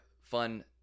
fun